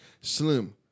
Slim